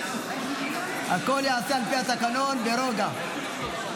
הכול ייעשה על פי התקנון, ברוגע.